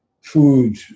food